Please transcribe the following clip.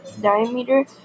diameter